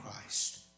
Christ